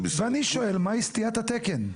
ואני שואל מהי סטיית התקן,